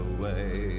away